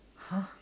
!huh!